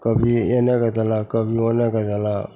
कभी एन्ने कै देलक कभी ओन्ने कै देलक